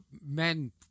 men